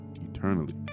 eternally